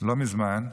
לא מזמן,